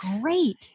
Great